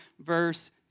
verse